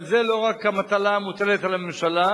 אבל זו לא רק מטלה המוטלת על הממשלה,